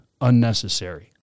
unnecessary